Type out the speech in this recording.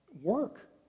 work